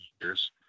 years